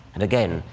and again,